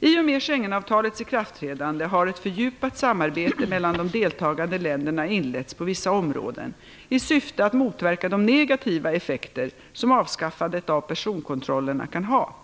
I och med Schengenavtalets ikraftträdande har ett fördjupat samarbete mellan de deltagande länderna inletts på vissa områden i syfte att motverka de negativa effekter som avskaffandet av personkontrollerna kan ha.